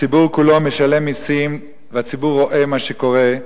הציבור כולו משלם מסים, והציבור רואה מה שקורה,